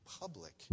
public